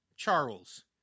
Charles